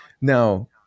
Now